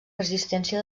resistència